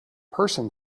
person